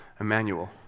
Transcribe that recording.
Emmanuel